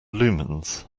lumens